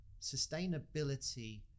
sustainability